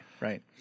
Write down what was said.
right